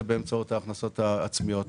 זה באמצעות ההכנסות העצמיות האלה.